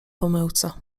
pomyłce